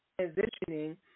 transitioning